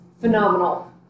phenomenal